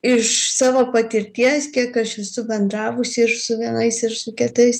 iš savo patirties kiek aš esu bendravusi ir su vienais ir su kitais